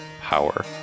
power